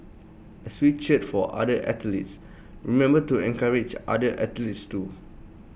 as we cheer for other athletes remember to encourage other athletes too